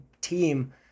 team